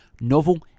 novel